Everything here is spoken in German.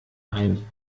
ein